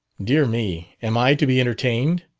dear me! am i to be entertained?